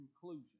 Conclusion